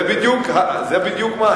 זה בדיוק מה,